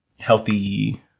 Healthy